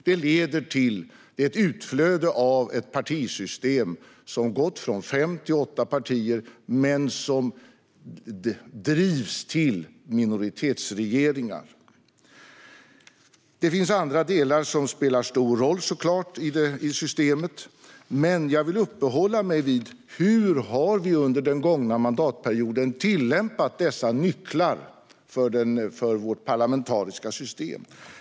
Detta leder till ett utflöde av ett partisystem som har gått från fem till åtta partier men som drivs till minoritetsregeringar. Det finns såklart andra delar som spelar stor roll i systemet, men jag vill uppehålla mig vid hur vi under den gångna mandatperioden har tillämpat dessa nycklar för vårt parlamentariska system.